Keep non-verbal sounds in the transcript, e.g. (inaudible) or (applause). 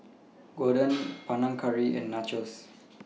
Gyudon (noise) Panang Curry and Nachos